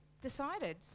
decided